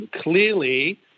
clearly